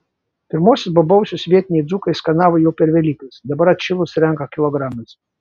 pirmuosius bobausius vietiniai dzūkai skanavo jau per velykas dabar atšilus renka kilogramais